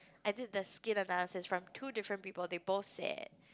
I did the skin analysis from two different people they both said